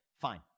Fine